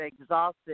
exhausted